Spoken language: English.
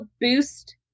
boost